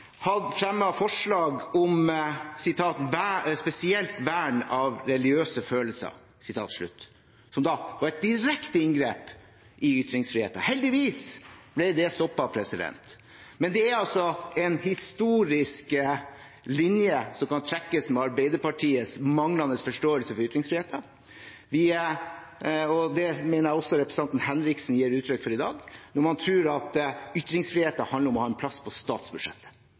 forslag om spesielt vern av religiøse følelser. Det var et direkte inngrep i ytringsfriheten. Heldigvis ble det stoppet. Men det er en historisk linje som kan trekkes ved Arbeiderpartiets manglende forståelse av ytringsfriheten. Det mener jeg også representanten Henriksen gir uttrykk for i dag, når man tror at ytringsfriheten handler om å ha en plass på statsbudsjettet.